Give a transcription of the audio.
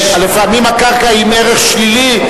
לפעמים הקרקע היא עם ערך שלילי,